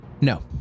No